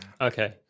Okay